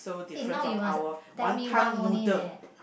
eh now you must tell me one only leh